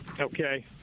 okay